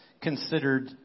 considered